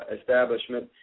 establishment